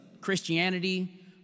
Christianity